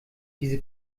diese